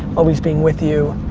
always being with you.